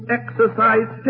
exercise